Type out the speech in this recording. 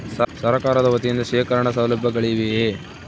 ಸರಕಾರದ ವತಿಯಿಂದ ಶೇಖರಣ ಸೌಲಭ್ಯಗಳಿವೆಯೇ?